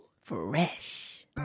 fresh